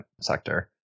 sector